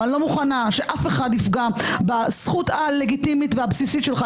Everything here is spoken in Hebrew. אבל אני לא מוכנה שאף אחד יפגע בזכות הלגיטימית והבסיסית שלך,